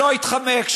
שלא יתחמק,